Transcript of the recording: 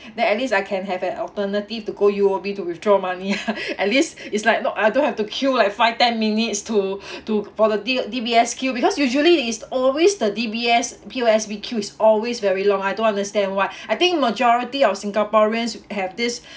then at least I can have an alternative to go U_O_B to withdraw money ah at least it's like you know I don't have to queue like five ten minutes to to for the D~ D_B_S queue because usually it's always the D_B_S P_O_S_B queue is always very long I don't understand why I think majority of singaporeans have this